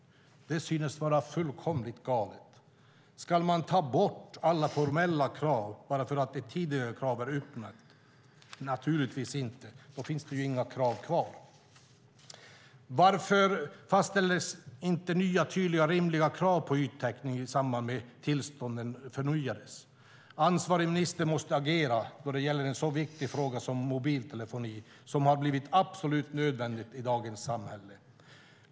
Det synes vara fullkomligt galet. Ska man ta bort alla formella krav bara därför att ett tidigare krav är uppnått? Naturligtvis inte, för då finns det ju inga krav kvar! Varför fastställdes inte nya, tydliga, rimliga krav på yttäckning i samband med att tillstånden förnyades? Ansvarig minister måste agera då det gäller en så viktig fråga som mobiltelefoni, som har blivit absolut nödvändigt i dagens samhälle.